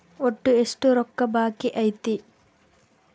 ಒಟ್ಟು ಎಷ್ಟು ರೊಕ್ಕ ಬಾಕಿ ಐತಿ?